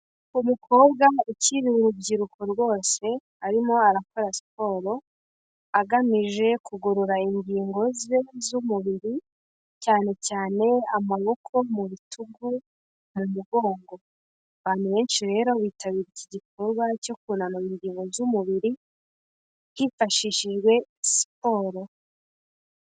Umukobwa ukiri urubyiruko rwose arimo arakora siporo, agamije kugorora ingingo ze z'umubiri cyane cyane amaboko, mu bitugu, mu mugongo. Abantu benshi rero bitabira iki gikorwa cyo kunanura ingingo z'umubiri hifashishijwe siporo.